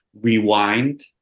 rewind